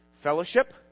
fellowship